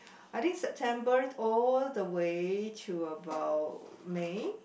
I think September all the way to about May